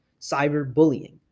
cyberbullying